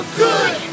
good